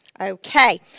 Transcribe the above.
Okay